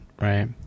right